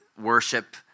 worship